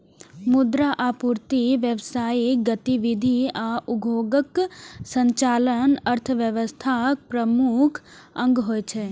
मुद्रा आपूर्ति, व्यावसायिक गतिविधि आ उद्योगक संचालन अर्थव्यवस्थाक प्रमुख अंग होइ छै